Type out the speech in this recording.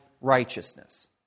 righteousness